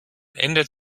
ändert